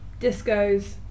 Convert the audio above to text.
Discos